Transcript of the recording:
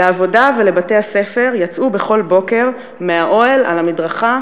לעבודה ולבתי-הספר יצאו בכל בוקר מהאוהל על המדרכה,